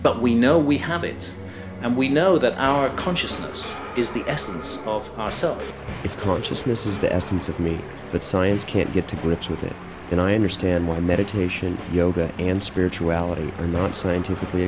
but we know we have it and we know that our consciousness is the essence of ourselves if consciousness is the essence of me but science can't get to grips with it and i understand why meditation yoga and spirituality are not scientifically